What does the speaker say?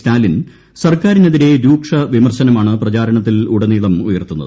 സ്റ്റാലിൻ സർക്കാരിനെതിരെ രൂക്ഷ വിമർശനമാണ് ് പ്രചാരണത്തിലുടനീളം ഉയർത്തുന്നത്